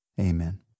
Amen